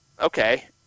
okay